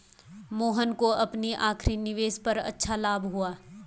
मोहन को अपनी आखिरी निवेश पर अच्छा लाभ हुआ